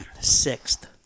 sixth